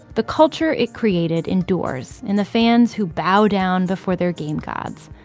the culture it created endures, in the fans who bow down before their game gods,